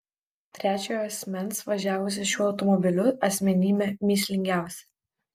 trečiojo asmens važiavusio šiuo automobiliu asmenybė mįslingiausia